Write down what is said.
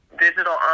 Digital